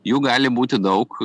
jų gali būti daug